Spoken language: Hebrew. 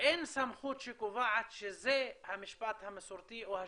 ואין סמכות שקובעת שזה המשפט המסורתי או השבטי.